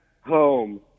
home